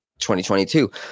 2022